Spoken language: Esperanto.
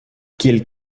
kiel